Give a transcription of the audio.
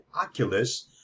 Oculus